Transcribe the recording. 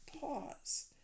pause